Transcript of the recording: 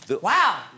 Wow